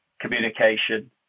communication